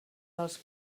pels